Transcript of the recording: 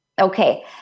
okay